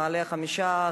במעלה-החמישה.